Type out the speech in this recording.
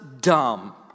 dumb